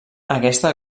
aquesta